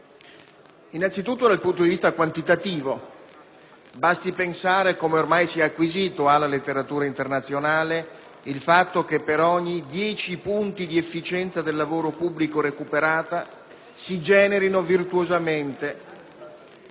anzitutto dal punto di vista quantitativo. Basti pensare come ormai sia acquisito alla letteratura internazionale il fatto che per ogni dieci punti di recuperata efficienza del lavoro pubblico si generino virtuosamente